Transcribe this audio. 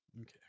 Okay